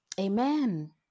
Amen